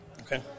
Okay